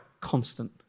constant